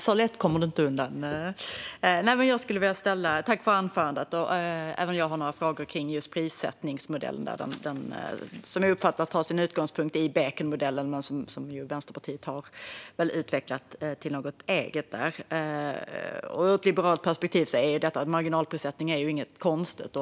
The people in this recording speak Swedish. Fru talman! Jag tackar ledamoten för anförandet. Även jag har några frågor om prissättningsmodellen. Jag uppfattar att den tar sin utgångspunkt i Bekenmodellen, som Vänsterpartiet väl har utvecklat till något eget. Ur ett liberalt perspektiv är marginalprissättning inget konstigt.